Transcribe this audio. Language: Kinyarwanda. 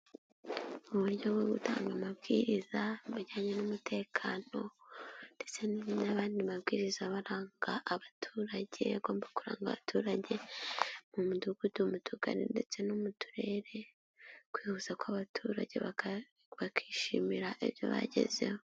Mu uburyo bwo gutanga amabwiriza ajyanye n'umutekano ndetse n'ayabandi mabwiriza aba aranga abaturage agomba kuranga abaturage mu midugudu, mu tugari, ndetse no mu turere kwihuza kw'abaturage bakishimira ibyo bagezeho.